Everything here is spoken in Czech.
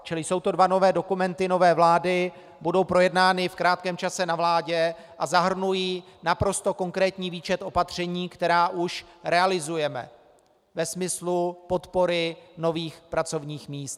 Čili jsou to dva dokumenty nové vlády, budou projednány v krátkém čase ve vládě a zahrnují naprosto konkrétní výčet opatření, která už realizujeme ve smyslu podpory nových pracovních míst.